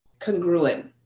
congruent